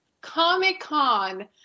Comic-Con